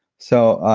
so,